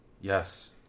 Yes